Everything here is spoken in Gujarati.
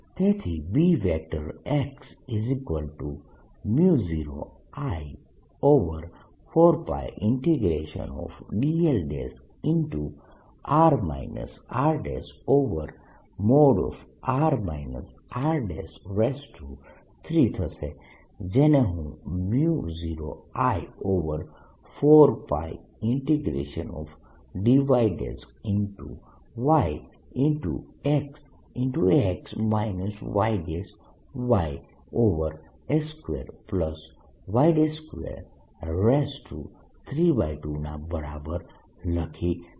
તેથી Bx0I4π dl×r r r r3 થશે જેને હું 0 I4πdyy×xx yyx2y232 ના બરાબર લખી શકું છું